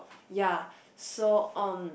yea so um